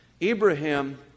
Abraham